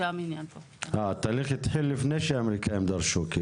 התהליך התחיל לפני שהאמריקאים דרשו.